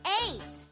eight